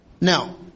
now